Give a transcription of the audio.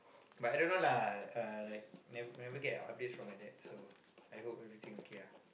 but I don't know lah uh like ne~ never get a update from my dad so I hope everything okay ah